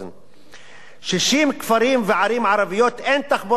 ב-60 כפרים וערים ערביים אין תחבורה ציבורית בכלל,